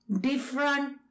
different